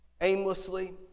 aimlessly